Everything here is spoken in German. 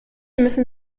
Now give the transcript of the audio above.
müssen